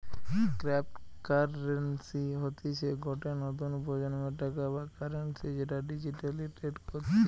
cryptocurrency হতিছে গটে নতুন প্রজন্মের টাকা বা কারেন্সি যেটা ডিজিটালি ট্রেড করতিছে